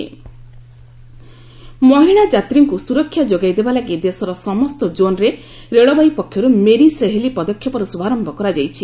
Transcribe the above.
railway Meri Saheli ମହିଳା ଯାତ୍ରୀଙ୍କୁ ସୁରକ୍ଷା ଯୋଗାଇଦେବା ଲାଗି ଦେଶର ସମସ୍ତ ଜୋନ୍ରେ ରେଳବାଇ ପକ୍ଷରୁ 'ମେରି ସହେଲି' ପଦକ୍ଷେପର ଶୁଭାରମ୍ଭ କରାଯାଇଛି